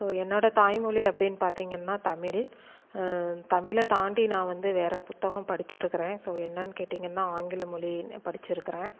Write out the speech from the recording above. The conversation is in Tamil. ஸோ என்னோடய தாய் மொழி அப்படினு பார்த்திங்கன்னா தமிழ் தமிழை தாண்டி நான் வந்து வேற புத்தகம் படிச்சிருக்கிறேன் ஸோ என்னன்னு கேட்டிங்கன்னால் ஆங்கிலம் மொழி படிச்சிருக்கிறேன்